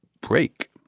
break